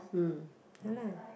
mm ya lah